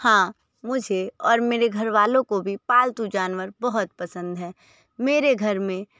हाँ मुझे और मेरे घरवालों को भी पालतू जानवर बहुत पसंद है मेरे घर में